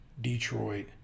Detroit